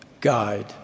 guide